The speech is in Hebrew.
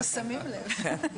אנחנו שמים לב.